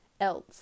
else